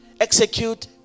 Execute